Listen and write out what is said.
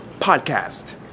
podcast